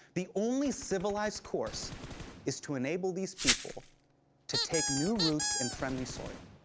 the only civilized course is to enable these people to take new roots in friendly soil.